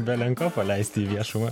belenko paleisti į viešumą